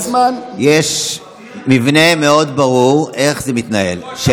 שילמדו ממך איך לא מתנהגים בדמוקרטיה.